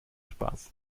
spaß